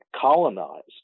colonized